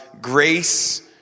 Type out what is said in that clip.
grace